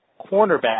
cornerback